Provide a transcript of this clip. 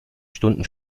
stunden